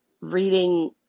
reading